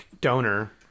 donor